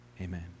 Amen